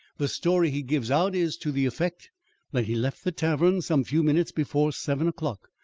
the story he gives out is to the effect that he left the tavern some few minutes before seven o'clock,